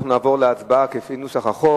אנחנו נעבור להצבעה על סעיף 1